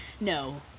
no